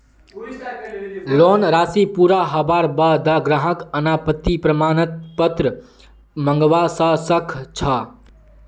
loan राशि पूरा हबार बा द ग्राहक अनापत्ति प्रमाण पत्र मंगवा स ख छ